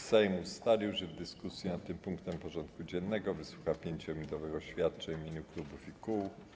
Sejm ustalił, że w dyskusji nad tym punktem porządku dziennego wysłucha 5-minutowych oświadczeń w imieniu klubów i kół.